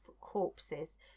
corpses